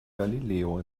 galileo